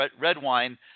Redwine